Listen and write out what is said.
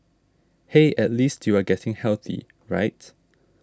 hey at least you are getting healthy right